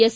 S